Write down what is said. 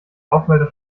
rauchmelder